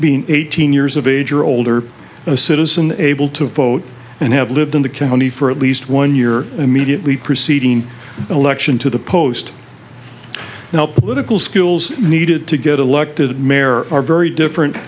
being eighteen years of age or older a citizen able to vote and have lived in the county for at least one year immediately preceding election to the post no political skills needed to get elected mayor are very different